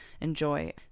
enjoy